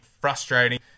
frustrating